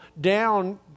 down